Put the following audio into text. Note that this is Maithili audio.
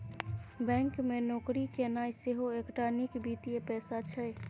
बैंक मे नौकरी केनाइ सेहो एकटा नीक वित्तीय पेशा छै